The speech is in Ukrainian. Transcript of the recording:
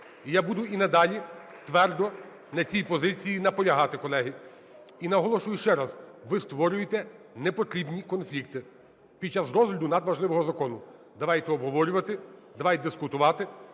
Я буду і надалі твердо на цій позиції наполягати, колеги. І наголошую ще раз, ви створюєте непотрібні конфлікти під час розгляду надважливого закону. Давайте обговорювати, давайте дискутувати.